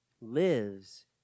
lives